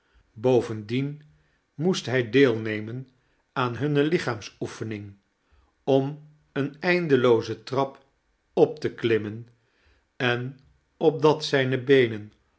bovendien moest hij deelnemen aan hunne lichaamsoefening om eene eindelooze trap op te klimmen en opdat zijne beenen